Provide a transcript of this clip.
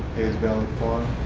valley farm.